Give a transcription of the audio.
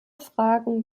fragen